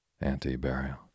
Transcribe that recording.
Anti-burial